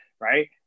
Right